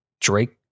Drake